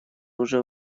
уже